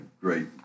great